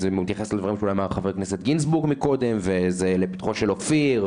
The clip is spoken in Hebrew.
וזה מתייחס לדברים שאמר חבר הכנסת גינזבורג מקודם וזה לפתחו של אופיר,